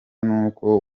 n’uko